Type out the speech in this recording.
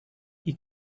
you